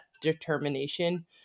determination